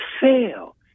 fail